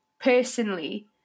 personally